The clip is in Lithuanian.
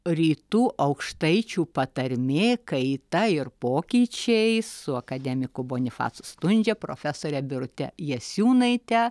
rytų aukštaičių patarmė kaita ir pokyčiai su akademiku bonifacu stundžia profesore birute jasiūnaite